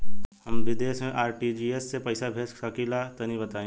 हम विदेस मे आर.टी.जी.एस से पईसा भेज सकिला तनि बताई?